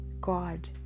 God